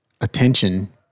attention